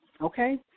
okay